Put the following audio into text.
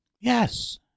yes